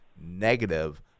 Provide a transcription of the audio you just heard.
negative